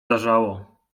zdarzało